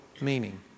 meaning